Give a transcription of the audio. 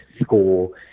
school